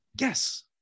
Yes